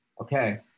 okay